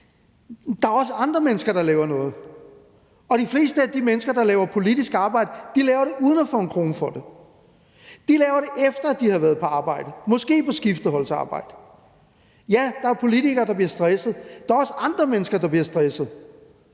at der også er andre mennesker, der laver noget. De fleste af de mennesker, der laver politisk arbejde, laver det uden at få en krone for det, og de laver det, efter at de har været på arbejde, måske på skifteholdsarbejde. Ja, der er politikere, der bliver stresset, men der er også andre mennesker, der bliver stresset